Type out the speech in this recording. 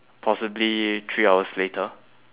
possibly three hours later